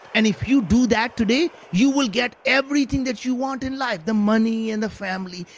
and if you do that today, you will get everything that you want in life the money and the family,